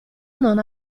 non